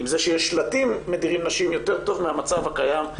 עם זה שיש שלטים שמדירים נשים יותר טוב מהמצב הקיים.